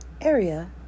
Area